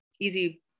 easy